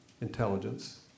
intelligence